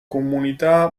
comunità